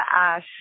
ash